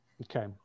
okay